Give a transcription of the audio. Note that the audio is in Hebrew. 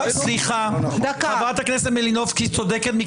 חברת הכנסת מלינובסקי צודקת,